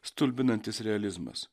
stulbinantis realizmas